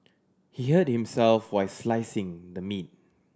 he hurt himself while slicing the meat